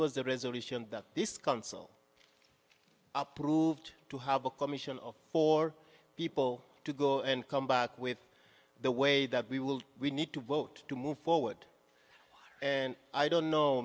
a resolution that this council approved to have a commission for people to go and come back with the way that we will we need to vote to move forward and i don't know